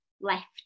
left